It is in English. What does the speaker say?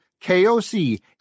koc